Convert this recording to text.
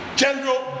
general